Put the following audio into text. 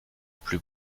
plus